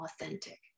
authentic